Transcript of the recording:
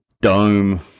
dome